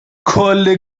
کلی